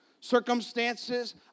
circumstances